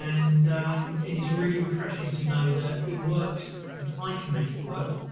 and um and it's really refreshing to know that it works and i can make it work,